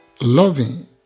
Loving